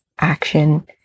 action